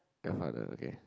grandfather okay